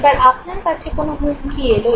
এবার আপনার কাছে কোন হুমকি এলো